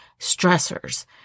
stressors